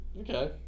Okay